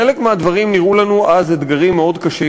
חלק מהדברים נראו לנו אז אתגרים מאוד קשים,